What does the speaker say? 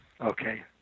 Okay